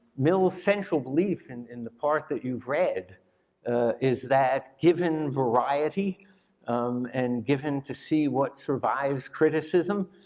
mill's central belief and in the part that you've read is that given variety and given to see what survives criticism,